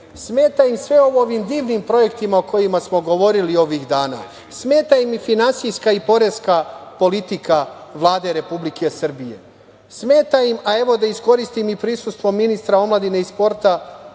Smeta im sve ovo, ovim divnim projektima o kojima smo govorili ovih dana, smeta im i finansijska i poreska politika Vlade Republike Srbije. Smeta im, a evo i da iskoristim prisustvo ministra omladine i sporta,